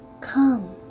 come